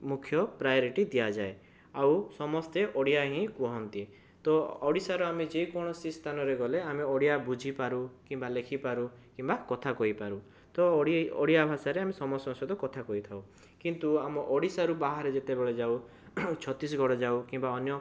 ମୁଖ୍ୟ ପ୍ରାୟୋରିଟି ଦିଆଯାଏ ଆଉ ସମସ୍ତେ ଓଡ଼ିଆ ହିଁ କୁହନ୍ତି ତୋ ଓଡ଼ିଶାର ଆମେ ଯେକୌଣସି ସ୍ଥାନରେ ଗଲେ ଆମେ ଓଡ଼ିଆ ବୁଝିପାରୁ କିମ୍ବା ଲେଖିପାରୁ କିମ୍ବା କଥା କହିପାରୁ ତ ଓଡ଼ି ଓଡ଼ିଆ ଭାଷାରେ ଆମେ ସମସ୍ତଙ୍କ ସହିତ କଥା କହିଥାଉ କିନ୍ତୁ ଆମ ଓଡିଶାରୁ ବାହାର ଯେତେବେଳେ ଯାଉ ଛତିଶଗଡ଼ ଯାଉ କିମ୍ବା ଅନ୍ୟ